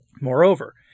Moreover